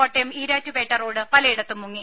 Kottayam Erattupetta road പലയിടത്തും മുങ്ങി